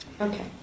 Okay